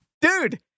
Dude